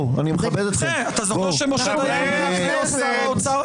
אני מכבד אתכם --- אתה זוכר שמשה דיין היה שר החוץ שלו?